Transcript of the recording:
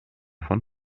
von